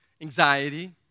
anxiety